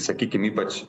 sakykim ypač